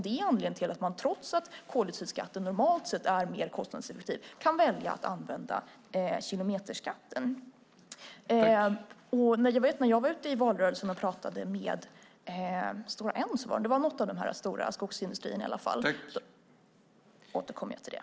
Det är anledningen till att man, trots att koldioxidskatten normalt sett är mer kostnadseffektiv, kan välja att använda kilometerskatten.